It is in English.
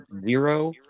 zero